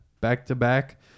back-to-back